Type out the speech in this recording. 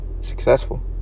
Successful